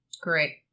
Great